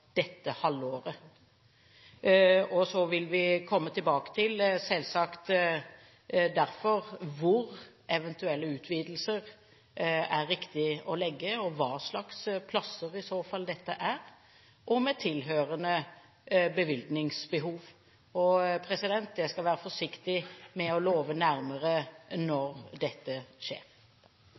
dette halvåret. Så vil vi selvsagt komme tilbake til hvor det er riktig å legge eventuelle utvidelser, hva slags plasser dette i så fall er, og med tilhørende bevilgningsbehov. Jeg skal være forsiktig med å love nærmere når dette skjer.